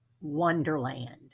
Wonderland